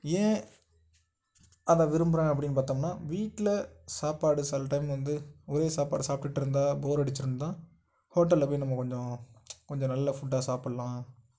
ஏன் அதை விரும்புகிறேன் அப்படின்னு பார்த்தோம்னா வீட்டில் சாப்பாடு சில டைம் வந்து ஒரே சாப்பாடை சாப்பிட்டுட்டு இருந்தால் போர் அடிச்சுருந்தா ஹோட்டலில் போய் நம்ம கொஞ்சம் கொஞ்சம் நல்ல ஃபுட்டாக சாப்பிட்லாம்